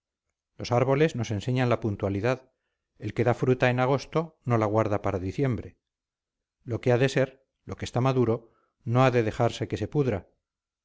los árboles nos enseñan la puntualidad el que da fruta en agosto no la guarda para diciembre lo que ha de ser lo que está maduro no ha de dejarse que se pudra